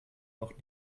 noch